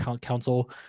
council